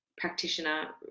practitioner